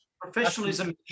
professionalism